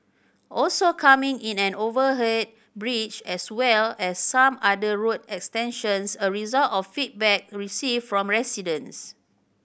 also coming is an overhead bridge as well as some other road extensions a result of feedback received from residents